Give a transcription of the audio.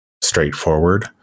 straightforward